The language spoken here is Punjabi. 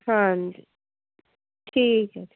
ਹਾਂਜੀ ਠੀਕ ਹੈ ਜੀ